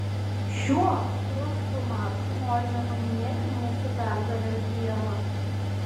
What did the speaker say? šiuo rusų maršu norime paminėti mūsų pergalės dieną